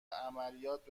عملیات